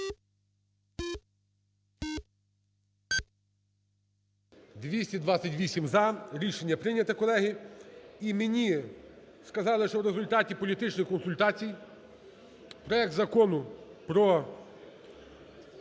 За-228 Рішення прийнято, колеги. І мені сказали, що в результаті політичних консультацій проект Закону про